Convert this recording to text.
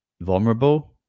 vulnerable